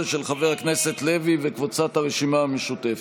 כי אני גם יושב בוועדה,